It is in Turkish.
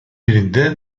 birinde